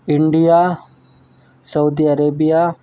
India Saudi Arabia